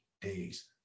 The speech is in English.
days